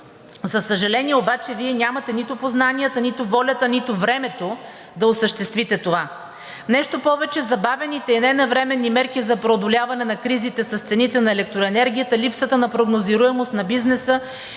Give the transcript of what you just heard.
За съжаление обаче Вие нямате нито познанията, нито волята, нито времето да осъществите това. Нещо повече, забавените и ненавременни мерки за преодоляване на кризите с цените на електроенергията, липсата на прогнозируемост на бизнеса,